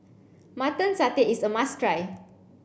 mutton satay is a must try